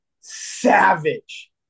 savage